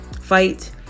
fight